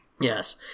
yes